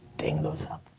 ding those up?